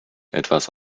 etwas